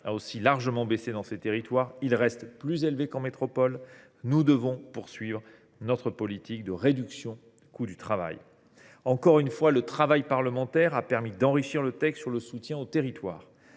a largement baissé dans ces territoires, il y reste plus élevé qu’en métropole. Nous devons poursuivre notre politique de réduction du coût du travail. Encore une fois, le travail parlementaire a permis d’enrichir le texte dans le domaine du soutien aux territoires.